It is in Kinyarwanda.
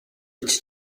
iki